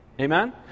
Amen